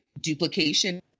duplication